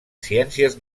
ciències